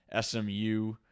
SMU